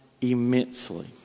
immensely